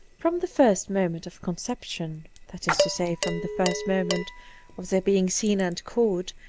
from the first moment of con ception, that is to say, from the first moment of their being seen and caught,